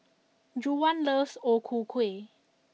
Juwan loves O Ku Kueh